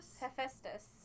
Hephaestus